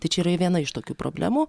tai čia viena iš tokių problemų